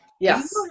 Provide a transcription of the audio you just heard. Yes